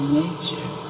nature